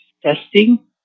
testing